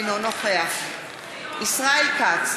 אינו נוכח ישראל כץ,